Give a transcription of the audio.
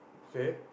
okay